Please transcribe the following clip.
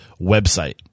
website